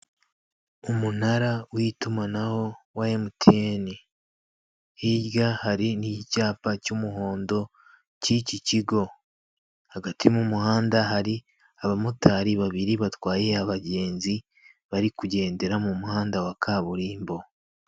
Umunara w'itumanaho wa emutiyeni hirya hari n'icyapa cy'umuhondo cy'iki kigo hagati mu muhanda hari abamotari babiri batwaye abagenzi bari kugendera mu muhanda wa kaburimbo.